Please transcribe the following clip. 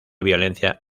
violencia